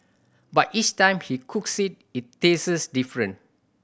but each time he cooks it it tastes different